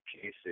cases